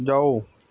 ਜਾਓ